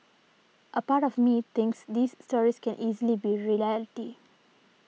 a part of me thinks these stories can easily be reality